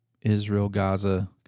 Israel-Gaza